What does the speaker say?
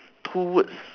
two words